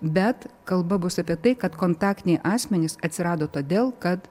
bet kalba bus apie tai kad kontaktiniai asmenys atsirado todėl kad